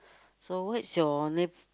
so what's your nei~